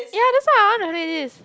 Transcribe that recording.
ya that's why I want to read this